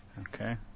Okay